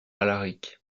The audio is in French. alaric